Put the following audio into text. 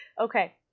Okay